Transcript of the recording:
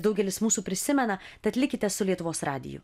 daugelis mūsų prisimena tad likite su lietuvos radiju